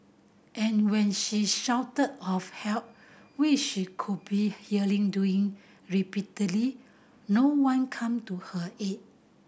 and when she shouted of help wish she could be hearing doing repeatedly no one come to her aid